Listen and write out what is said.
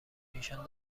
ایشان